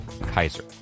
Kaiser